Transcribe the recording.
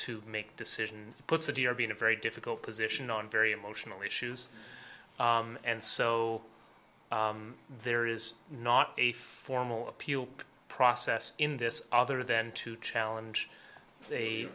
to make decision puts a dear be in a very difficult position on very emotional issues and so there is not a formal appeal process in this other than to challenge